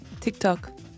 TikTok